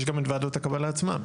יש גם את ועדות הקבלה עצמן.